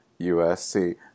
USC